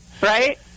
right